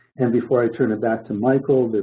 and before i turn it back to michael,